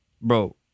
Bro